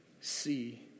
see